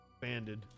Banded